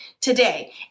today